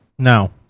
No